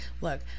Look